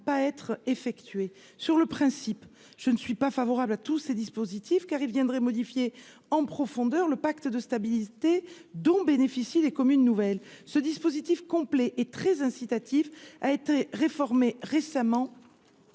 pas être effectués sur le principe, je ne suis pas favorable à tous ces dispositifs car il viendrait modifier en profondeur le pacte de stabilité dont bénéficient les communes nouvelles ce dispositif complet et très incitatif a été réformé récemment,